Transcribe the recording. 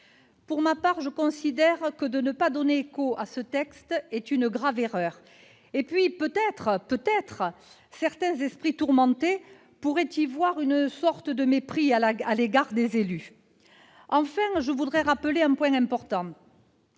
Pour ma part, je considère que ne pas donner écho à ce texte est une grave erreur. Et puis certains esprits tourmentés pourraient y voir une sorte de mépris à l'égard des élus. Enfin, je veux rappeler un point important.